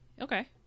Okay